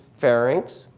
pharynx,